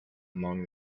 among